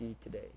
today